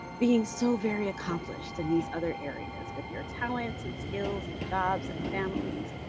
being so very accomplished in these other areas, with your talents and skills and jobs and families,